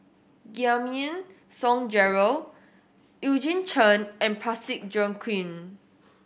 Giam Song Gerald Eugene Chen and Parsick Joaquim